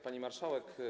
Pani Marszałek!